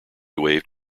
waved